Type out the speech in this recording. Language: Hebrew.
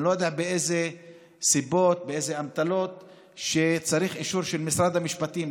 אני לא יודע מאילו סיבות ובאילו אמתלות צריך אישור של משרד המשפטים.